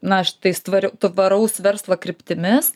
na štais tvar tvaraus verslo kryptimis